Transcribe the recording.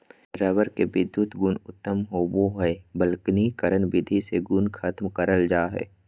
rubber के विधुत गुण उत्तम होवो हय वल्कनीकरण विधि से गुण खत्म करल जा हय